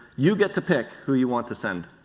you get to pix who you want to send.